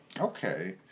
okay